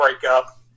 breakup